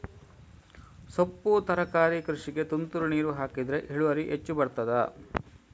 ಸೊಪ್ಪು ತರಕಾರಿ ಕೃಷಿಗೆ ತುಂತುರು ನೀರು ಹಾಕಿದ್ರೆ ಇಳುವರಿ ಹೆಚ್ಚು ಬರ್ತದ?